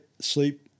sleep